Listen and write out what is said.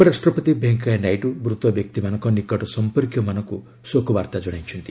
ଉପରାଷ୍ଟ୍ରପତି ଭେଙ୍କିୟା ନାଇଡୁ ମୃତ ବ୍ୟକ୍ତିମାନଙ୍କ ନିକଟ ସମ୍ପର୍କୀୟମାନଙ୍କୁ ଶୋକବାର୍ତ୍ତା ଜଣାଇଛନ୍ତି